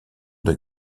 deux